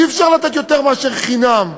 אי-אפשר לתת יותר מאשר חינם.